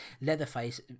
Leatherface